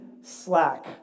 slack